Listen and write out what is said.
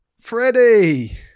Freddie